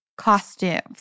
costumes